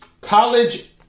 college